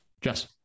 Jess